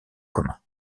commun